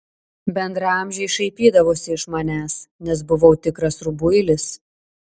bendraamžiai šaipydavosi iš manęs nes buvau tikras rubuilis